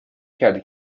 کرده